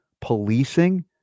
policing